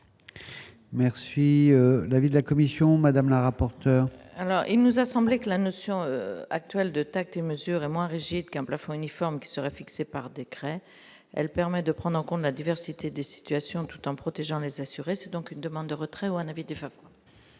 Merci l'avis de la commission Madame la rapporteure. Alors, il nous a semblé que la notion actuelle de tact et mesure, et moins rigide qu'un plafond uniforme qui sera fixé par décret, elle permet de prendre, donc on a diversité des situations tout en protégeant les assurés, c'est donc une demande de retrait où un avait déjà. Bien,